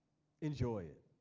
enjoy it.